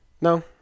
No